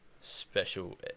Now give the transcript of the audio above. special